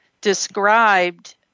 described